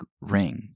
ring